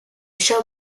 show